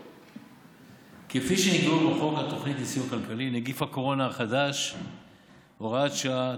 כפי שנקבעו בחוק הסיוע הכלכלי (נגיף הקורונה החדש)(הוראת שעה),